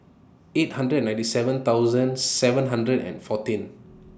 eight hundred and ninety seven thousand seven hundred and fourteen